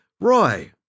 Roy